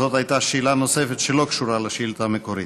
זאת הייתה שאלה נוספת שלא קשורה לשאילתה המקורית.